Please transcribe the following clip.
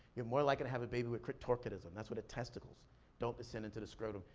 you're more likely to have a baby with cryptorchidism. that's where the testicles don't descend into the scrotum.